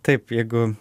taip jeigu